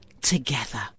together